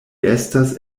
estas